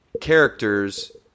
characters